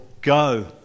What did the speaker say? go